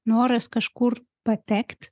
noras kažkur patekt